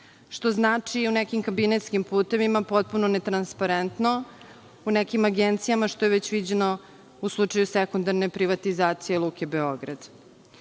što znači i u nekim kabinteskim putevima potpuno ne transparentno, u nekim agencijama, što je već viđeno u slučaju sekundarne privatizacije Luke Beograd. Ovo